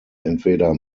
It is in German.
entweder